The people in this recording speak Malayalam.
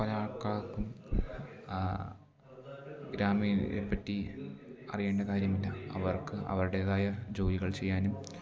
പല ആൾക്കാർക്കും ഗ്രാമീണരെപ്പറ്റി അറിയേണ്ട കാര്യമില്ല അവർക്ക് അവരുടേതായ ജോലികൾ ചെയ്യാനും